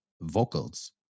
vocals